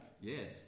Yes